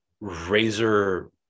razor